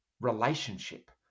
relationship